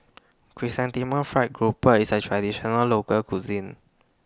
Chrysanthemum Fried Grouper IS A Traditional Local Cuisine